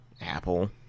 Apple